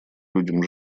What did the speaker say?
людям